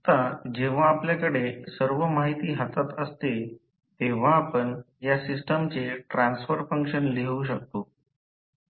आता जेव्हा आपल्याकडे सर्व माहिती हातात असते तेव्हा आपण या सिस्टमचे ट्रान्सफर फंक्शन लिहू शकतो